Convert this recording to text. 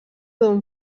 d’un